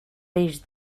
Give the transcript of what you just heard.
peix